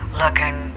looking